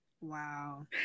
Wow